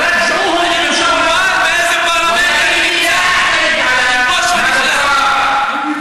אני מבולבל באיזה פרלמנט אני נמצא, בוש ונכלם.